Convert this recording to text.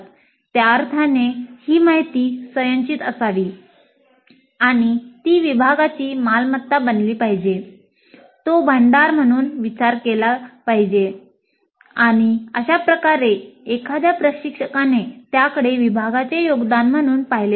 त्या अर्थाने ही माहिती संचयीत असावी आणि ती विभागाची मालमत्ता बनली पाहिजे आणि अशा प्रकारे एखाद्या प्रशिक्षकाने त्याकडे विभागाचे योगदान म्हणून पाहिले पाहिजे